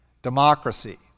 Democracy